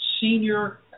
senior